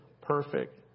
perfect